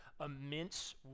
immense